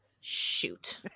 Shoot